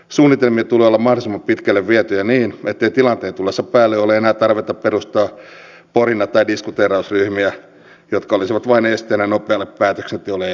suunnitelmien tulee olla mahdollisimman pitkälle vietyjä niin ettei tilanteen tullessa päälle ole enää tarvetta perustaa porina tai diskuteerausryhmiä jotka olisivat vain esteenä nopealle päätöksenteolle ja johtamiselle